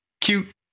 cute